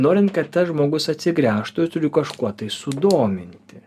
norint kad tas žmogus atsigręžtų kažkuo tai sudominti